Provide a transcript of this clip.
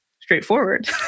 straightforward